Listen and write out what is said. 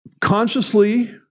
consciously